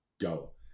go